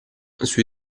sui